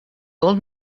old